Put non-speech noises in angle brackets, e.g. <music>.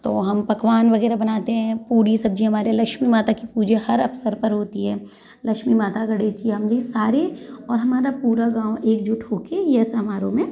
तो हम पकवान वगैरह बनाते है पूड़ी सब्जी हमारे लक्ष्मी माता की पूजा हर अवसर पर होती है लक्ष्मी माता के <unintelligible> सारे और हमारा पूरा गाँव एकजुट होके यह समारोह में